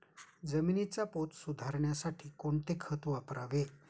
जमिनीचा पोत सुधारण्यासाठी कोणते खत वापरावे?